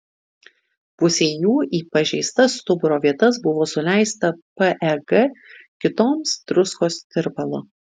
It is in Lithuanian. pusei jų į pažeistas stuburo vietas buvo suleista peg kitoms druskos tirpalo